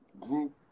group